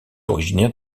originaire